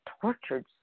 tortured